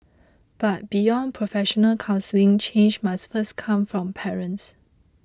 but beyond professional counselling change must first come from parents